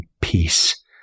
peace